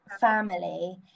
family